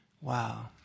Wow